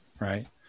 right